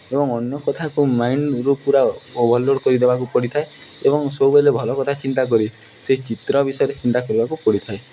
ଏବଂ ଅନ୍ୟ କଥାକୁ ମାଇଣ୍ଡ୍ରୁ ପୁରା ଓଭର୍ଲୋଡ଼୍ କରିଦେବାକୁ ପଡ଼ିଥାଏ ଏବଂ ସବୁବେଳେ ଭଲ କଥା ଚିନ୍ତା କରି ସେହି ଚିତ୍ର ବିଷୟରେ ଚିନ୍ତା କରିବାକୁ ପଡ଼ିଥାଏ